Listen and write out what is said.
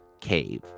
cave